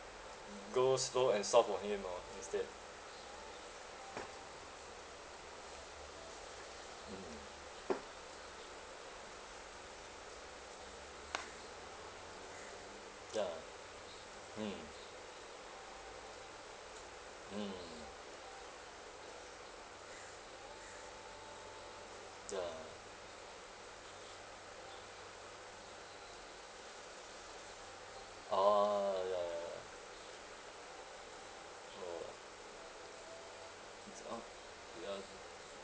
go slow and soft on him loh instead mm ya mm mm ya ah ya ya ya orh it's uh ya